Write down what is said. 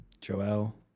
Joel